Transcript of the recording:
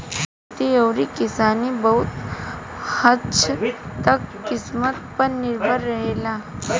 खेती अउरी किसानी बहुत हद्द तक किस्मत पर निर्भर रहेला